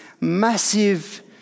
massive